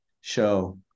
show